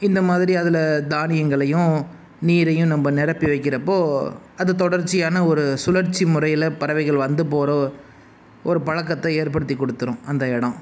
இந்தமாதிரி அதில் தானியங்களையும் நீரையும் நம்ப நிரப்பி வைக்கிறப்போ அது தொடர்ச்சியான ஒரு சுழற்சி முறையில் பறவைகள் வந்துப்போகற ஒரு பழக்கத்தை ஏற்படுத்தி கொடுத்துரும் அந்த இடம்